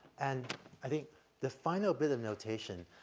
and i think the final bit of notation,